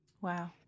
Wow